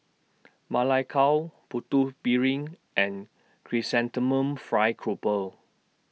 Ma Lai Gao Putu Piring and Chrysanthemum Fried Grouper